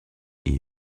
est